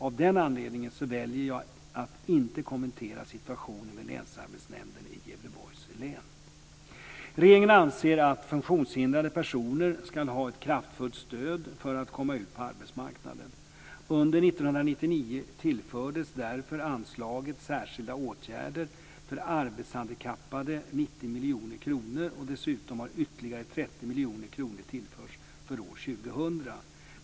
Av den anledningen väljer jag att inte kommentera situationen vid Länsarbetsnämnden i Gävleborgs län. Regeringen anser att funktionshindrade personer ska ha ett kraftfullt stöd för att komma ut på arbetsmarknaden. Under 1999 tillfördes därför anslaget Särskilda åtgärder för arbetshandikappade 90 miljoner kronor, och dessutom har ytterligare 30 miljoner kronor tillförts för år 2000.